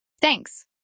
Thanks